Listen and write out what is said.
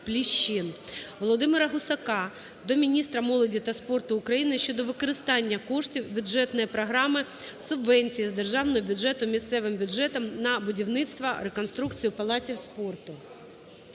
Володимира Гусака до міністра молоді та спорту України щодо використання коштів бюджетної програми "Субвенції з державного бюджету місцевим бюджетам на будівництво/реконструкцію палаців спорту".